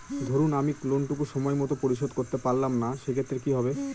ধরুন আমি লোন টুকু সময় মত পরিশোধ করতে পারলাম না সেক্ষেত্রে কি হবে?